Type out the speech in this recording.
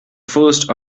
first